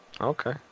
Okay